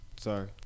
Sorry